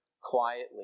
quietly